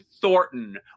Thornton